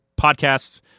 podcasts